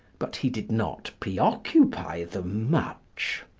but he did not preoccupy them much.